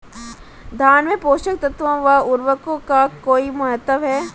धान में पोषक तत्वों व उर्वरक का कोई महत्व है?